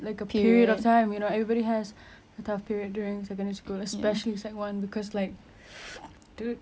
like a period of time you know everybody has a tough period during secondary school especially sec one cause like dude